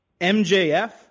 mjf